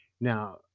Now